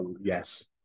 yes